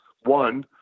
One